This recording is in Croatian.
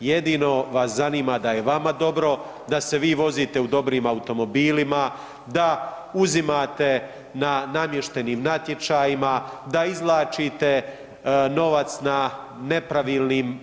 Jedino vas zanima da je vama dobro, da se vi vozite u dobrim automobilima, da uzimate na namještanim natječajima, da izvlačite novac na nepravilnim